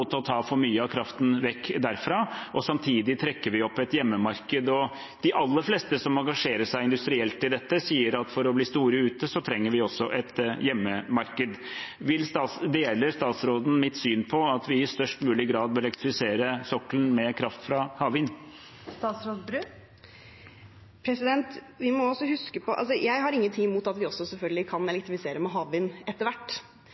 for mye av kraften tas vekk derfra, og vi trekker samtidig opp et hjemmemarked. De aller fleste som engasjerer seg industrielt i dette, sier at for å bli store ute trenger vi også et hjemmemarked. Deler statsråden mitt syn på at vi i størst mulig grad bør elektrifisere sokkelen med kraft fra havvind? Jeg har ingenting imot at vi selvfølgelig også etter hvert kan elektrifisere med havvind, men vi må huske på at Stortinget har vedtatt at vi